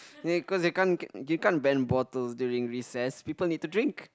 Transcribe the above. they cause they can't they can't ban bottles during recess people need to drink